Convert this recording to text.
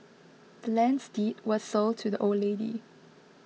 the land's deed was sold to the old lady